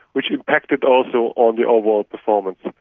which impacted also on the overall performance.